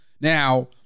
now